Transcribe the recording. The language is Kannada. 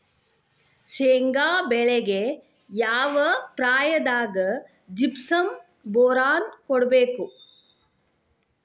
ಶೇಂಗಾ ಬೆಳೆಗೆ ಯಾವ ಪ್ರಾಯದಾಗ ಜಿಪ್ಸಂ ಬೋರಾನ್ ಕೊಡಬೇಕು?